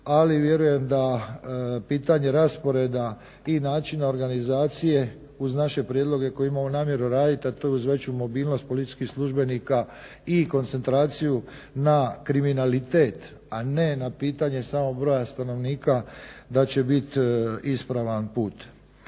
ali vjerujem da pitanje rasporeda i načina organizacije uz naše prijedloge koje imamo namjeru raditi a to je uz veću mobilnost policijskih službenika i koncentraciju na kriminalitet, a ne pitanje samog broja stanovnika da će biti ispravan put.